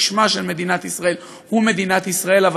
כי שמה של מדינת ישראל הוא מדינת ישראל.